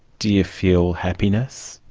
do you feel happiness?